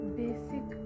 basic